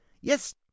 Yes